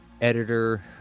editor